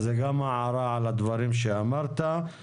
זו הערה על הדברים שאמרת.